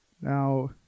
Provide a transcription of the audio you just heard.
Now